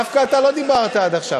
דווקא אתה לא דיברת עד עכשיו.